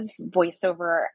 voiceover